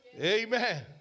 Amen